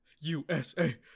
USA